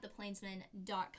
theplainsman.com